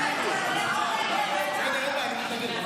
הממשלה מתנגדת.